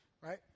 right